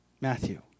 Matthew